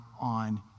on